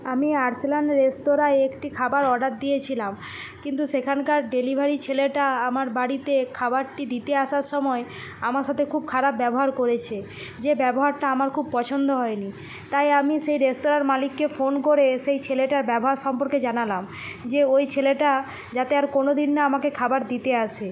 আমি আরসালান রেস্তোরাঁয় একটি খাবার অর্ডার দিয়েছিলাম কিন্তু সেখানকার ডেলিভারি ছেলেটা আমার বাড়িতে খাবারটি দিতে আসার সময়ে আমার সাথে খুব খারাপ ব্যবহার করেছে যে ব্যবহারটা আমার খুব পছন্দ হয় নি তাই আমি সেই রেস্তোরাঁর মালিককে ফোন করে সেই ছেলেটার ব্যবহার সম্পর্কে জানালাম যে ওই ছেলেটা যাতে আর কোনো দিন না আমাকে খাবার দিতে আসে